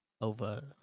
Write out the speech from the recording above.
over